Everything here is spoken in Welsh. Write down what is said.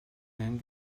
angen